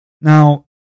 Now